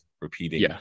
repeating